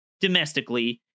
domestically